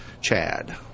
Chad